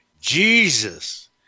Jesus